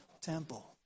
Temple